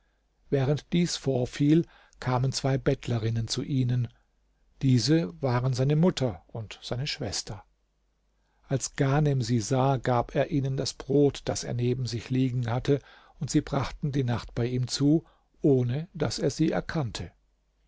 während dies vorfiel kamen zwei bettlerinnen zu ihnen diese waren seine mutter und seine schwester als ghanem sie sah gab er ihnen das brot das er neben sich liegen hatte und sie brachten die nacht bei ihm zu ohne daß er sie erkannte